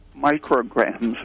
micrograms